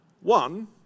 One